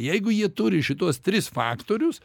jeigu jie turi šituos tris faktorius